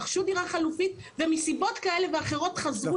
רכשו דירה חלופית ומסיבות כאלה ואחרו תחזרו